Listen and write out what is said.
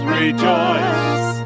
rejoice